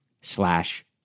slash